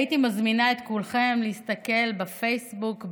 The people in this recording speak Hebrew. הייתי מזמינה את כולכם להסתכל בפייסבוק,